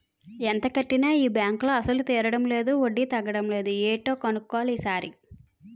ఎంత కట్టినా ఈ బాంకులో అసలు తీరడం లేదు వడ్డీ తగ్గడం లేదు ఏటో కన్నుక్కోవాలి ఈ సారి